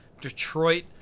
Detroit